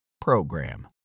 program